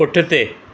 पुठिते